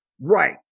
Right